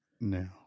No